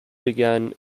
began